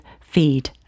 feed